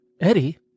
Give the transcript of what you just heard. eddie